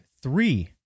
three